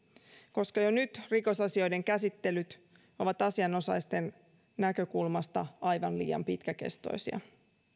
koska jo nyt rikosasioiden käsittelyt ovat asianosaisten näkökulmasta aivan liian pitkäkestoisia